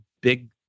big